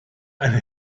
eine